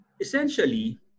essentially